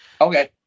Okay